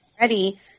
ready